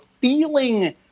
feeling